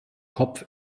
kopf